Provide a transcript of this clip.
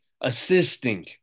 assisting